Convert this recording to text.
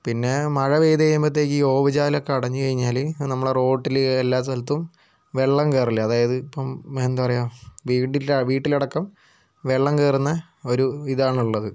പിന്നെ മഴപെയ്തു കഴിയുമ്പോഴത്തേയ്ക്ക് ഈ ഓവ് ചാലൊക്കെ അടഞ്ഞു കഴിഞ്ഞാൽ നമ്മളെ റോഡിൽ എല്ലാ സ്ഥലത്തും വെള്ളം കയറില്ലേ അതായത് ഇപ്പം എന്താ പറയുക വീട്ടിലടക്കം വെള്ളം കയറുന്ന ഒരു ഇതാണുള്ളത്